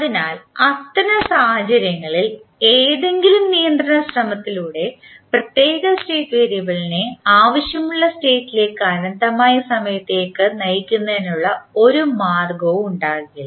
അതിനാൽ അത്തരം സാഹചര്യങ്ങളിൽ ഏതെങ്കിലും നിയന്ത്രണ ശ്രമത്തിലൂടെ പ്രത്യേക സ്റ്റേറ്റ് വേരിയബിളിനെ ആവശ്യമുള്ള സ്റ്റേറ്റ് ലേക്ക് അനന്തമായ സമയത്തേക്ക് നയിക്കുന്നതിനുള്ള ഒരു മാർഗവും ഉണ്ടാകില്ല